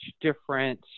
different